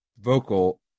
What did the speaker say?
vocal